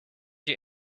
you